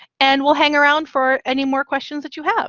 and we'll hang around for any more questions that you have.